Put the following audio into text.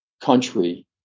country